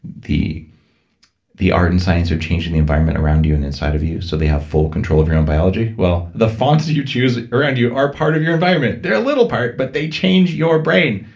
the the art and science are changing the environment around you and inside of you. so they have full control of your own biology. well, the fonts that you choose around you are part of your environment. they're a little part, but they change your brain,